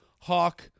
hawk